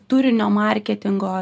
turinio marketingo